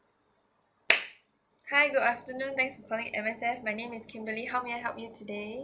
hi good afternoon thanks for calling M_S_F my name is kimberly how may I help you today